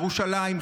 ירושלים,